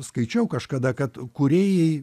skaičiau kažkada kad kūrėjai